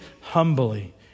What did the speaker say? humbly